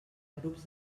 grups